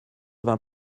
vingt